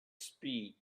speed